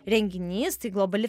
renginys tai globali